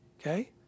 okay